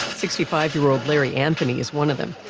sixty-five year old larry anthony is one of them.